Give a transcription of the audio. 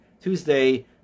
Tuesday